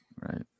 right